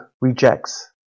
rejects